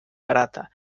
barata